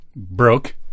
Broke